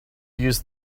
used